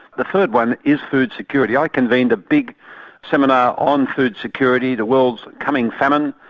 the third one is food security. i convened a big seminar on food security, the world's coming famine.